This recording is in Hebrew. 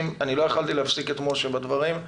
יכולתי להפסיק את משה בן לולו כאשר דיבר.